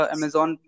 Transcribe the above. Amazon